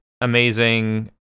amazing